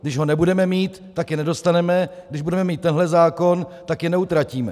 Když ho nebudeme mít, tak je nedostaneme, když budeme mít tento zákon, tak je neutratíme.